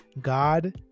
God